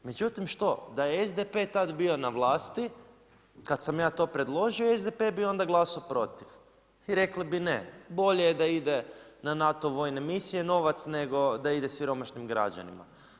Međutim što, da je SDP tad bio na vlasti kad sam ja to predložio SDP bi onda glasao protiv i rekli bi ne, bolje je da ide na NATO vojne misije, novac nego da ide siromašnim građanima.